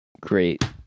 great